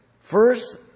First